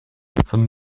von